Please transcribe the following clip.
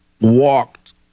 walked